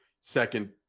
second